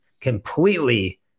completely